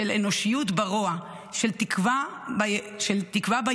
של אנושיות ברוע, של תקווה בייאוש.